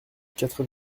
quatre